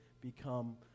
become